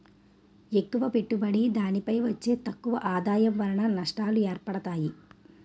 ఎక్కువ పెట్టుబడి దానిపై వచ్చే తక్కువ ఆదాయం వలన నష్టాలు ఏర్పడతాయి